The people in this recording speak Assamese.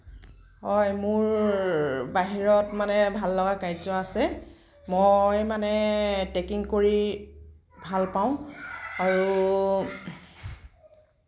হয় মোৰ বাহিৰত মানে ভাল লগা কাৰ্য্য আছে মই মানে ট্ৰেকিং কৰি ভাল পাওঁ আৰু